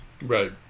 right